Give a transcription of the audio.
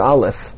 Aleph